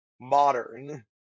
modern